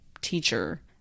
teacher